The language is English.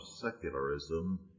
secularism